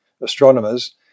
astronomers